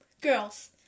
girls